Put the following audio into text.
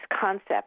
concept